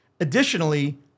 Additionally